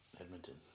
Edmonton